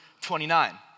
29